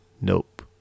Nope